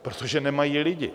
Protože nemají lidi.